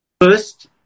first